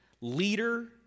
leader